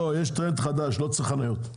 לא, יש טרנד חדש, לא צריך לבנות חניות.